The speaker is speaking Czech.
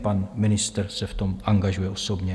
Pan ministr se v tom angažuje osobně.